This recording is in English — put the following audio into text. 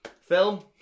Film